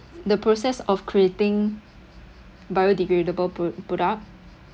the process of creating biodegradable pro~ product